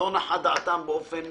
לא נחה דעתם באופן